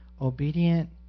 obedient